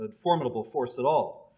but formidable force at all.